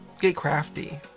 get crafty!